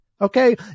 Okay